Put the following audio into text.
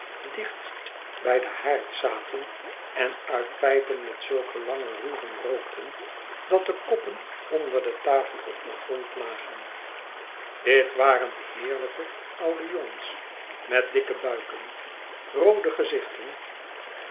dichtst bij den haard zaten en uit pijpen met zulke lange roeren rookten dat de koppen onder de tafel op den grond lagen dit waren heerlijke oude jongens met dikke buiken roode gezichten